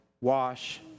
wash